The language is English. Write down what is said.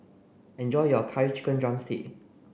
enjoy your curry chicken drumstick